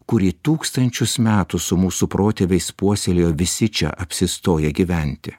kurį tūkstančius metų su mūsų protėviais puoselėjo visi čia apsistoję gyventi